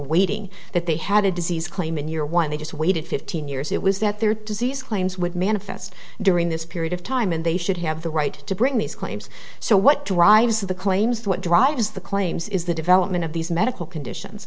waiting that they had a disease claim in year one they just waited fifteen years it was that their disease claims would manifest during this period of time and they should have the right to bring these claims so what drives the claims what drives the claims is the development of these medical conditions